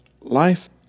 life